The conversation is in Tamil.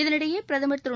இதனிடையே பிரதமர் திரு